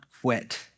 quit